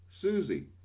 Susie